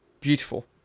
beautiful